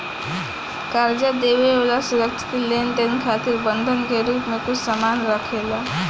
कर्जा देवे वाला सुरक्षित लेनदेन खातिर बंधक के रूप में कुछ सामान राखेला